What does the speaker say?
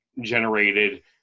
generated